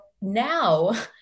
now